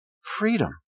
freedom